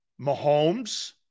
Mahomes